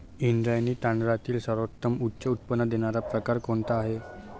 इंद्रायणी तांदळातील सर्वोत्तम उच्च उत्पन्न देणारा प्रकार कोणता आहे?